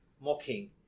mocking